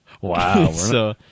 Wow